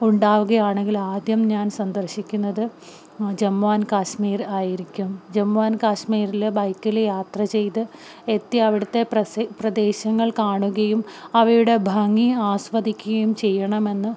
ഉണ്ടാവുകയാണെങ്കിൽ ആദ്യം ഞാൻ സന്ദർശിക്കുന്നത് ജമ്മു ആൻഡ് കാശ്മീർ ആയിരിക്കും ജമ്മു ആൻഡ് കാശ്മീരില് ബൈക്കില് യാത്ര ചെയ്തെത്തി അവിടുത്തെ പ്രദേശങ്ങൾ കാണുകയും അവയുടെ ഭംഗി ആസ്വദിക്കുകയും ചെയ്യണമെന്ന്